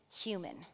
human